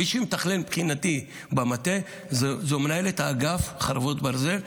מי שמתכלל מבחינתי במטה זו מנהלת אגף חרבות ברזל,